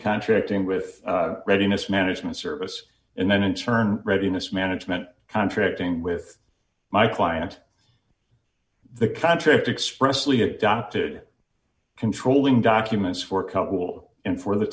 contracting with readiness management service and then in turn readiness management contracting with my client the contract expressly adopted controlling documents for a couple and for the